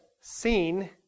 seen